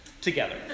together